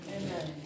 Amen